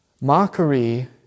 Mockery